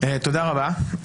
תודה רבה.